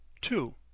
Two